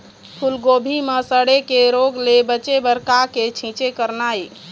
फूलगोभी म सड़े के रोग ले बचे बर का के छींचे करना ये?